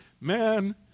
man